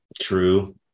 True